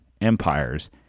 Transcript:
empires